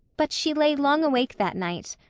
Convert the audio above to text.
but she lay long awake that night,